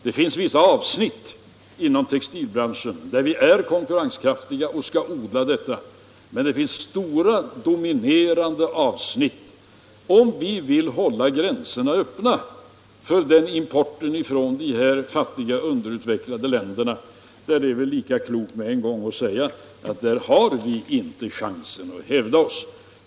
Det finns avsnitt inom textilbranschen där vi är konkurrenskraftiga, och de avsnitten skall vi odla. Men det finns stora, dominerande områden, beträffande vilka det är lika klokt att vi med en gång säger att här har vi inte en chans att hävda oss, om vi vill hålla gränserna öppna för import från de fattiga underutvecklade länderna.